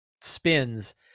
spins